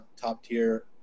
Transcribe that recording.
top-tier